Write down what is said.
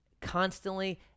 constantly